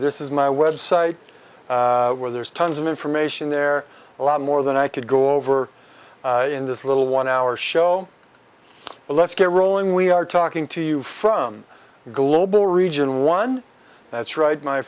this is my website where there's tons of information there a lot more than i could go over in this little one hour show but let's get rolling we are talking to you from global region one that's ri